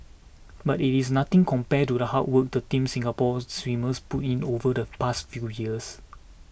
but it is nothing compared to the hard work the Team Singapore swimmers put in over the past few years